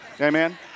Amen